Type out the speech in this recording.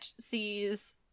sees